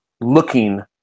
looking